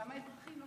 כמה אזרחים?